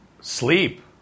Sleep